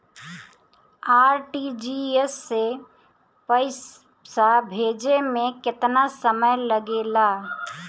RTGS से पैसा भेजे में केतना समय लगे ला?